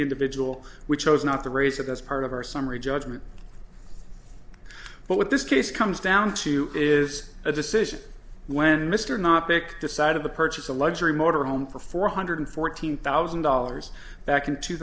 individual we chose not to raise it as part of our summary judgment but what this case comes down to is a decision when mr knoppix decide of the purchase a luxury motor home for four hundred fourteen thousand dollars back in two